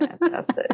Fantastic